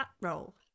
roll